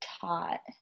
taught